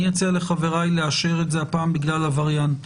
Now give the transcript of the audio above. אני אציע לחבריי לאשר את זה הפעם בגלל הווריאנט.